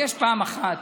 יש פעם אחת